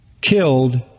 killed